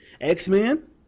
X-Men